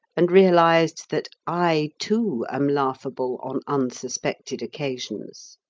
and realized that i, too, am laughable on unsuspected occasions.